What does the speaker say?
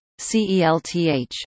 CELTH